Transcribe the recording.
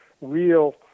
real